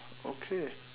okay